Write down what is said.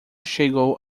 chegou